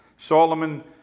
Solomon